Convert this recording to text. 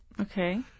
Okay